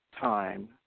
time